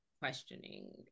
questioning